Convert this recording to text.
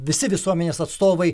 visi visuomenės atstovai